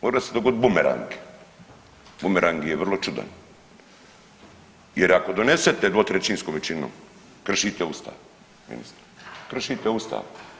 More se dogoditi bumerang, bumerang je vrlo čudan jer ako donesete dvotrećinskom većinom kršite Ustav, ministre, kršite Ustav.